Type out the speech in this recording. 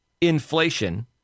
inflation